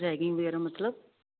ragging ਵਗੈਰਾ ਮਤਲਬ